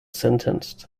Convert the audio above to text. sentenced